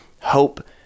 hope